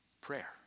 Prayer